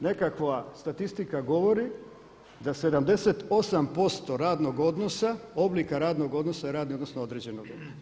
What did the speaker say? Nekakva statistika govori da 78% radnog odnosa, oblika radnog odnosa je radni odnos na određeno vrijeme.